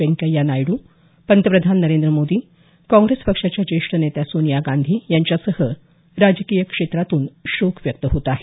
व्यंकय्या नायडू पंतप्रधान नरेंद्र मोदी काँग्रेस पक्षाच्या ज्येष्ठ नेत्या सोनिया गांधी यांच्यासह राजकीय क्षेत्रातून शोक व्यक्त होत आहे